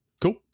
Cool